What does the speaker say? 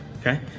Okay